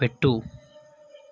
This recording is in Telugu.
పెట్టు